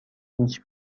هیچ